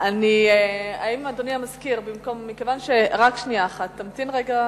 רק שנייה אחת, תמתין רגע.